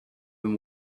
been